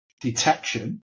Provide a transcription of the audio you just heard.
detection